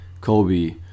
Kobe